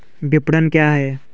विपणन क्या है?